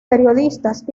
periodistas